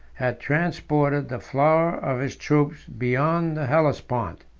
had transported the flower of his troops beyond the hellespont.